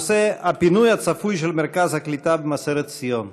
הנושא: הפינוי הצפוי של מרכז הקליטה במבשרת ציון.